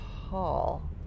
hall